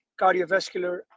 cardiovascular